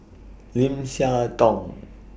Lim Siah Tong